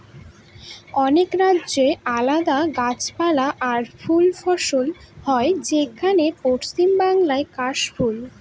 অনেক রাজ্যে আলাদা গাছপালা আর ফুল ফসল হয় যেমন পশ্চিম বাংলায় কাশ ফুল